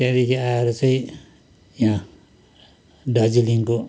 त्यहाँदेखि आएर चाहिँ यहाँ दार्जिलिङको